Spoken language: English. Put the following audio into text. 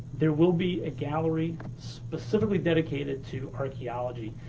there will be a gallery specifically dedicated to archeology.